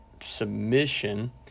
submission